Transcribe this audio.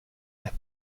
las